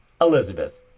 Elizabeth